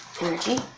Energy